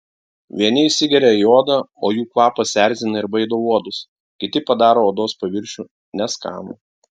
vieni įsigeria į odą o jų kvapas erzina ir baido uodus kiti padaro odos paviršių neskanų